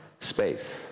space